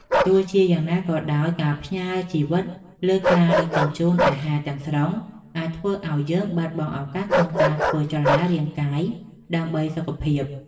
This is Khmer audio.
ទោះជាយ៉ាងណាក៏ដោយការផ្ញើជីវិតលើការដឹកជញ្ជូនអាហារទាំងស្រុងអាចធ្វើឲ្យយើងបាត់បង់ឱកាសក្នុងការធ្វើចលនារាងកាយដើម្បីសុខភាព។